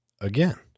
again